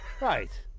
right